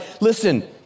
listen